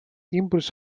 импульс